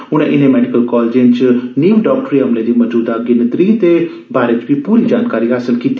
उनें इनें medical college च नीमे डॉक्टरी अमले दी मजूदा गिनत्री दे बारै च बी पूरी जानकारी हासल कीती